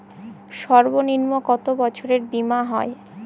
সর্বনিম্ন কত বছরের বীমার হয়?